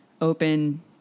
open